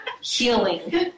healing